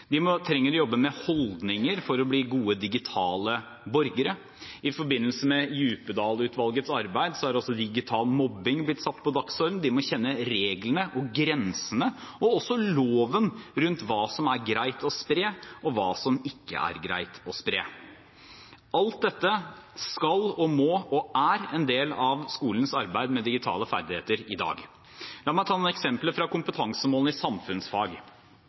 De trenger å jobbe med holdninger for å bli gode digitale borgere. I forbindelse med Djupedal-utvalgets arbeid har også digital mobbing blitt satt på dagsordenen. De må kjenne reglene og grensene og også loven rundt hva som er greit å spre, og hva som ikke er greit å spre. Alt dette skal og må være og er en del av skolens arbeid med digitale ferdigheter i dag. La meg ta noen eksempler fra kompetansemålene i samfunnsfag: